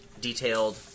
detailed